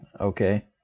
Okay